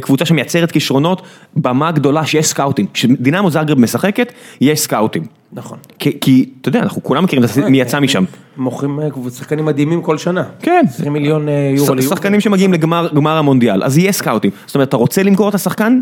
קבוצה שמייצרת כישרונות, במה גדולה שיש סקאוטים, כשמדינה מוזאגר משחקת יש סקאוטים, נכון, כי אתה יודע, אנחנו כולם מכירים מי יצא משם, מוכרים קבוצה, שחקנים מדהימים כל שנה, כן, 20 מיליון יורו, שחקנים שמגיעים לגמר המונדיאל, אז יש סקאוטים, זאת אומרת אתה רוצה למכור את השחקן